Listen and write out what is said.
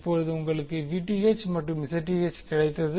இப்போது உங்களுக்கு Vth மற்றும் Zth கிடைத்தது